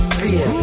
fear